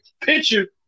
picture